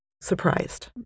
Surprised